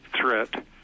threat